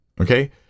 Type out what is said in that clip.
Okay